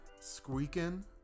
Squeaking